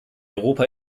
europa